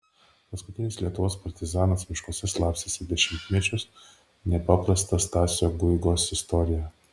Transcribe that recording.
paskutinis lietuvos partizanas miškuose slapstėsi dešimtmečius nepaprasta stasio guigos istorija